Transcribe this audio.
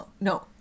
No